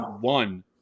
one